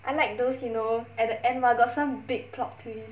I like those you know at the end ah got some big plot twist